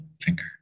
finger